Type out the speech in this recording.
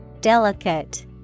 Delicate